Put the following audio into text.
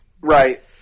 Right